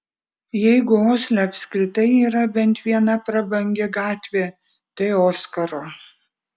jeigu osle apskritai yra bent viena prabangi gatvė tai oskaro